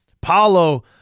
Paulo